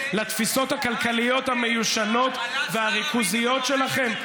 לתפיסות הכלכליות המיושנות והריכוזיות שלכם?